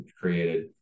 created